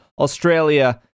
Australia